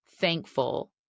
thankful